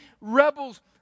rebels